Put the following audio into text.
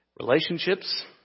relationships